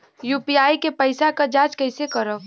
UPI के पैसा क जांच कइसे करब?